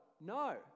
No